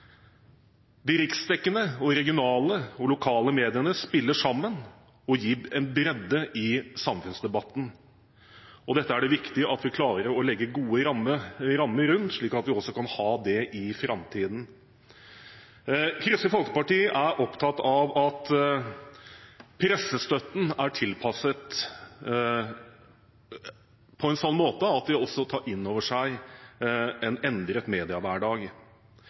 De riksdekkende, regionale og lokale mediene spiller sammen og gir en bredde i samfunnsdebatten. Dette er det viktig at vi klarer å legge gode rammer rundt, slik at vi også kan ha det i framtiden. Kristelig Folkeparti er opptatt av at pressestøtten er tilpasset på en slik måte at det også tar inn over seg en endret